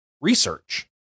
research